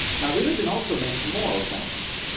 now, religion also makes moral claims,